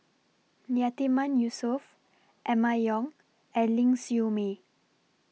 Yatiman Yusof Emma Yong and Ling Siew May